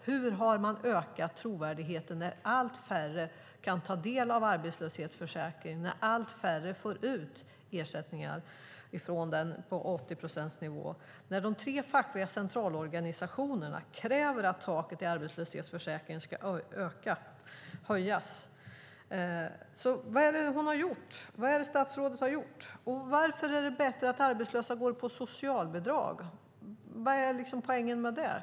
Hur har man ökat trovärdigheten när allt färre kan ta del av arbetslöshetsförsäkringen, när allt färre får ut ersättningar på 80 procents nivå och när de tre fackliga centralorganisationerna kräver att taket i arbetslöshetsförsäkringen ska höjas? Vad är det som statsrådet har gjort? Och varför är det bättre att arbetslösa går på socialbidrag? Vad är poängen med det?